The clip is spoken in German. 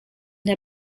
der